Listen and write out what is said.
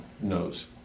knows